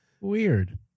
Weird